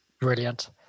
Brilliant